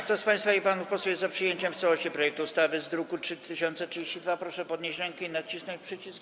Kto z pań i panów posłów jest za przyjęciem w całości projektu ustawy w brzmieniu z druku nr 3032, proszę podnieść rękę i nacisnąć przycisk.